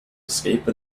escape